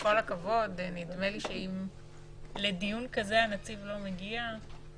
כל הכבוד, נדמה לי שאם לדיון כזה הנציב לא מגיע,